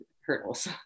hurdles